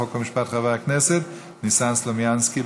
חוק ומשפט חבר הכנסת ניסן סלומינסקי.